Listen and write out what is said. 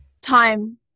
time